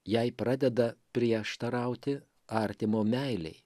jei pradeda prieštarauti artimo meilei